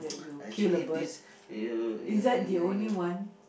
actually this eh ya ya ya ya